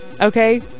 Okay